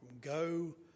go